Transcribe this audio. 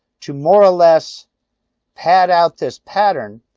to more or less pad out this pattern,